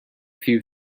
few